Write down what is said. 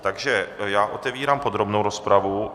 Takže otevírám podrobnou rozpravu.